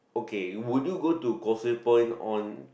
okay would you go to Causeway Point on